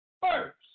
first